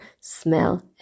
smell